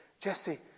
Jesse